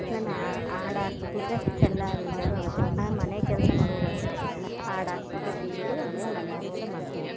ನಾನು ಹಾಡಾಕ್ಬುಟ್ರೆ ಎಲ್ಲ ಬೇಜಾರೂ ಹೋಗುತ್ತೆ ನಾನು ಮನೆ ಕೆಲಸ ಮಾಡ್ವಾಗ್ಲೂ ಅಷ್ಟೇ ಹಾಡ್ ಹಾಕ್ಬಿಟ್ಟು ಟೀವಿಲಿ ಆಮೇಲೆ ಮನೆ ಕೆಲಸ ಮಾಡ್ತೀನಿ